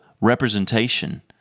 representation